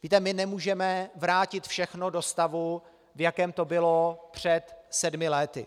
Víte, my nemůžeme vrátit všechno do stavu, v jakém to bylo před sedmi lety.